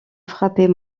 frappait